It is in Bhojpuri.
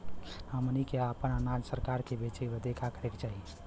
हमनी के आपन अनाज सरकार के बेचे बदे का करे के चाही?